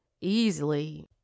easily